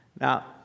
Now